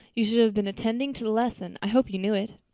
you should have been attending to the lesson. i hope you knew it.